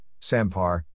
Sampar